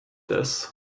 this